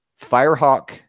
Firehawk